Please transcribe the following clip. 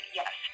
yes